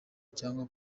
cyangwa